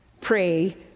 pray